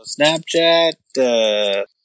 Snapchat